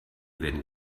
werden